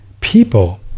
people